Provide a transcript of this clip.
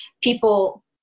people